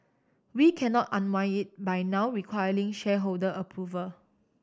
we cannot unwind it by now requiring shareholder approval